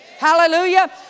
Hallelujah